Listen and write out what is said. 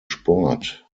sport